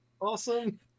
awesome